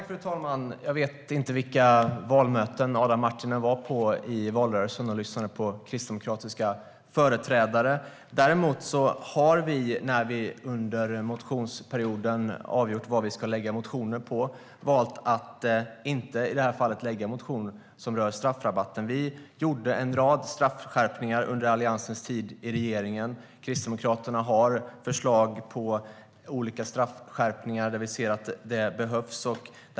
Fru talman! Jag vet inte vilka valmöten Adam Marttinen var på och lyssnade på kristdemokratiska företrädare i valrörelsen. Däremot har vi, när vi under motionsperioden avgjorde vad vi ska väcka motioner om, i det här fallet valt att inte väcka någon motion som rör straffrabatten. Vi gjorde en rad straffskärpningar under Alliansens tid i regeringen. Kristdemokraterna har förslag på olika straffskärpningar där vi ser att det behövs.